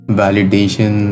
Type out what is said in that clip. validation